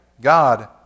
God